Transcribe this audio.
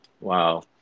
Wow